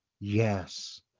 Yes